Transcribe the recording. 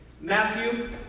Matthew